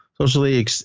socially